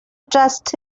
trust